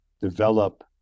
develop